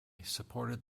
supported